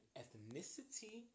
ethnicity